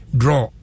draw